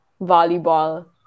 volleyball